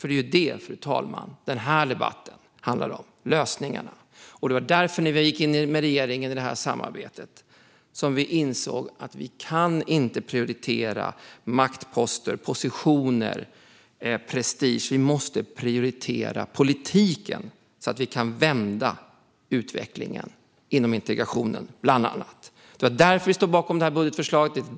Det är ju lösningarna som den här debatten handlar om. När vi gick in i det här samarbetet med regeringen insåg vi därför att vi inte kunde prioritera maktposter, positioner och prestige. Vi måste prioritera politiken så att vi kan vända utvecklingen inom bland annat integrationen. Det är därför vi står bakom det här budgetförslaget.